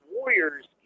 Warriors